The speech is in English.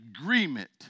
agreement